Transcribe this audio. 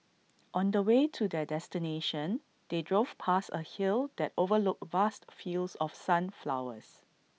on the way to their destination they drove past A hill that overlooked vast fields of sunflowers